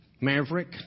Maverick